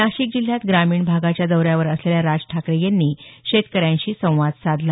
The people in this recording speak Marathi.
नाशिक जिल्ह्यात ग्रामीण भागाच्या दौऱ्यावर असलेल्या राज ठाकरे यांनी शेतकऱ्यांशी संवाद साधला